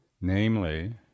namely